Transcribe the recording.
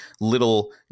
little